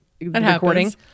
recording